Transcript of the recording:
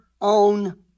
own